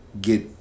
get